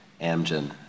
Amgen